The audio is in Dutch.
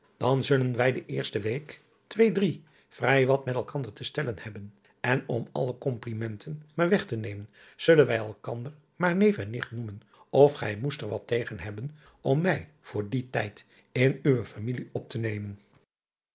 dan zullen wij de eerste week twee drie vrij wat met elkander te stellen hebben en om alle komplimenten maar weg te nemen zullen wij elkander maar neef en nicht noemen of gij moest er wat tegen hebben om mij voor dien tijd in uwe familie op te nemen